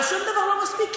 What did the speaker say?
אבל שום דבר לא מספיק,